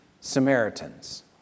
Samaritans